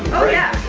oh yeah,